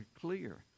clear